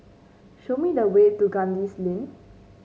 show me the way to Kandis Lane